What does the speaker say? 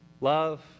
Love